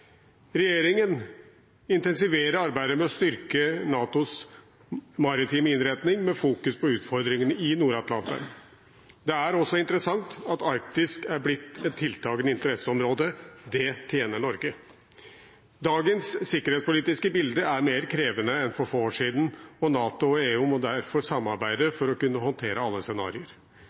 Regjeringen intensiverer arbeidet med å styrke NATOs maritime innretning, med fokus på utfordringene i Nord-Atlanteren. Det er også interessant at Arktis er blitt et tiltagende interesseområde. Det tjener Norge. Dagens sikkerhetspolitiske bilde er mer krevende enn for få år siden, og NATO og EU må derfor samarbeide for å kunne håndtere alle scenarioer.